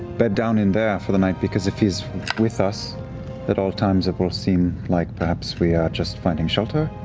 bed down in there for the night, because if he's with us at all times, it will seem like perhaps we are just finding shelter.